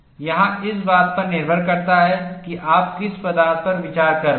यह इस बात पर निर्भर करता है कि आप किस पदार्थ पर विचार कर रहे हैं